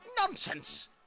Nonsense